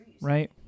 right